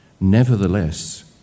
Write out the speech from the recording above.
Nevertheless